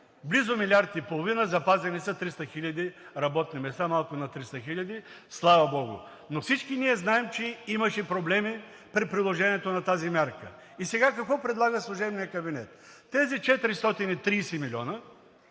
близо милиард и половина, запазени са 300 хиляди работни места, малко над 300 хиляди, слава богу. Но всички ние знаем, че имаше проблеми при приложението на тази мярка. И сега какво предлага служебният кабинет? Тези 430 милиона